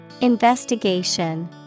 Investigation